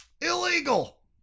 Illegal